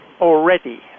already